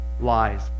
Lies